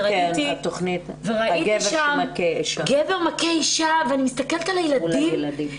וראיתי שם גבר מכה אישה ואני מסתכלת על הילדים,